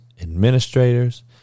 administrators